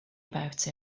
about